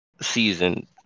season